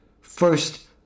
First